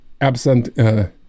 absent